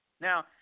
Now